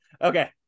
okay